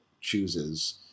chooses